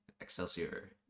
Excelsior